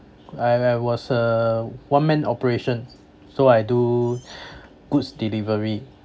I I was a one man operation so I do goods delivery